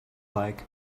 like